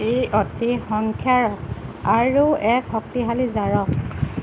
ই অতি সংক্ষাৰক আৰু এক শক্তিশালী জাৰক